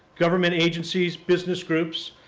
government agencies, business groups,